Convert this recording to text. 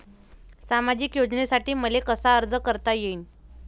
सामाजिक योजनेसाठी मले कसा अर्ज करता येईन?